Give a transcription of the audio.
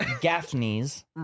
Gaffney's